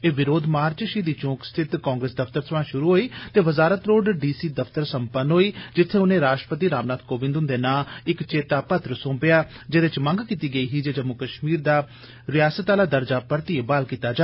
एह् विरोध मार्च षहीदी चौक स्थित कांग्रेस दफतर सवां षुरु होई ते वजारत रोड डी सी दफतर सम्पन्न होआ जित्थे उने राश्ट्रपति रामनाथ कोविन्द हुन्दे नां इक चेतापत्र सोपेआ जेदे च मंग कीती गेदी ही जे जम्मू कष्मीर दा रियासत आला दर्जा परतिए बहाल कीता जा